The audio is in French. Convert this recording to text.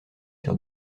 sur